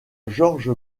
george